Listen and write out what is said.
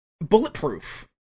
bulletproof